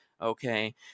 Okay